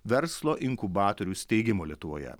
verslo inkubatorių steigimo lietuvoje